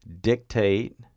dictate